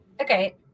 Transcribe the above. okay